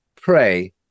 pray